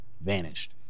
Vanished